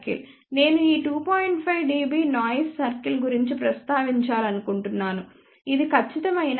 5 dB noise circle గురించి ప్రస్తావించాలనుకుంటున్నాను ఇది ఖచ్చితమైన 2